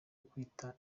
ukwita